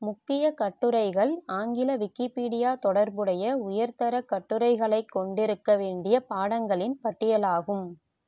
முக்கிய கட்டுரைகள் ஆங்கில விக்கிப்பீடியா தொடர்புடைய உயர்தரக் கட்டுரைகளைக் கொண்டிருக்க வேண்டிய பாடங்களின் பட்டியல் ஆகும்